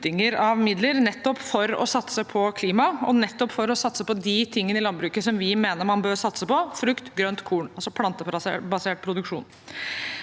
nettopp for å satse på klimaet og på de tingene i landbruket som vi mener man bør satse på: frukt, grønt og korn – altså plantebasert produksjon.